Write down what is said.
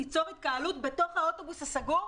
תיצור התקהלות בתוך האוטובוס הסגור?